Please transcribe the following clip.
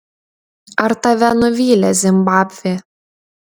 ar tave nuvylė zimbabvė